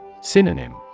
Synonym